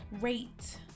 rate